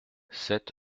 sept